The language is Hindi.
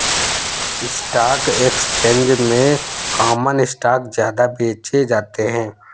स्टॉक एक्सचेंज में कॉमन स्टॉक ज्यादा बेचे जाते है